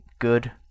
good